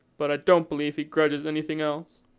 but i don't believe he grudges anything else.